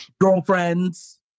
Girlfriends